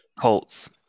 Colts